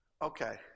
Okay